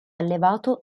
allevato